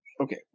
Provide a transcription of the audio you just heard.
Okay